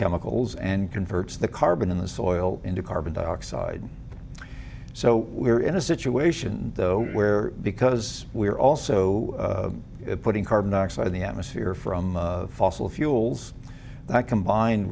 chemicals and converts the carbon in the soil into carbon dioxide so we're in a situation though where because we are also putting carbon dioxide in the atmosphere from fossil fuels that combine